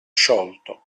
sciolto